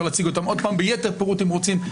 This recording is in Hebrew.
להציג אותם עוד פעם ביתר פירוט אם רוצים.